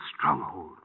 stronghold